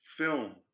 Film